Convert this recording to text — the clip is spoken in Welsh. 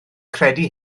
credu